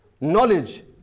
knowledge